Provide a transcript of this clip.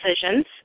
decisions